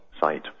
site